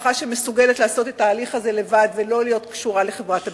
משפחה שמסוגלת לעשות את ההליך הזה לבד ולא להיות קשורה לחברת הסיעוד,